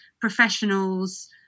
professionals